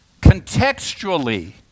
contextually